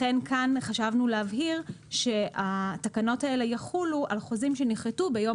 לכן כאן חשבנו להבהיר שהתקנות האלה יחולו על חוזים שנכרתו ביום